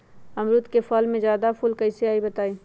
अमरुद क फल म जादा फूल कईसे आई बताई?